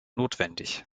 notwendig